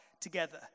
together